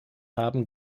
haben